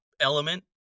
element